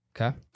Okay